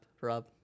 rob